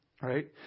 right